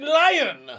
lion